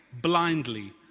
blindly